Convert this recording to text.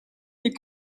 des